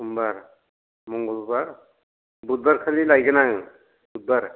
समबार मंगलबार बुधबारखालि लायगोन आङो बुधबार